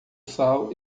sal